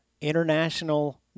International